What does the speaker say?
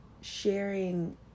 sharing